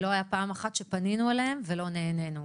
לא הייתה פעם אחת שפנינו אליהם ולא נענינו.